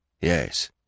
Yes